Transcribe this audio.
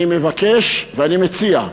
אני מבקש, ואני מציע: